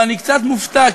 ואני קצת מופתע,